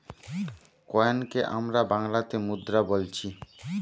কয়েনকে আমরা বাংলাতে মুদ্রা বোলছি